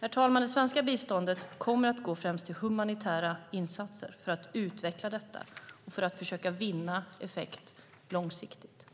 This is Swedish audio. Herr talman! Det svenska biståndet kommer att gå främst till humanitära insatser för att utveckla dem och för att försöka vinna effekt långsiktigt.